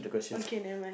okay never